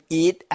eat